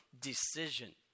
decision